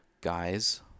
guys